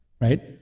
right